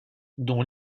dont